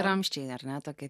ramsčiai ar net tokie